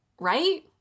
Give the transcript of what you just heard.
right